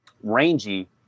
rangy